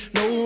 no